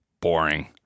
Boring